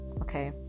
okay